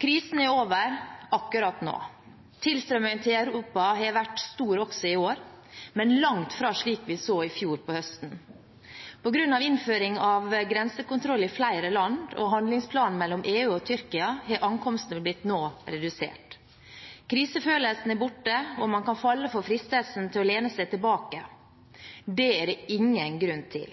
Krisen er over akkurat nå. Tilstrømningen til Europa har vært stor også i år, men langt fra slik vi så i fjor høst. På grunn av innføring av grensekontroll i flere land og handlingsplanen mellom EU og Tyrkia har ankomstene nå blitt redusert. Krisefølelsen er borte, og man kan falle for fristelsen til å lene seg tilbake. Det er det ingen grunn til.